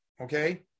okay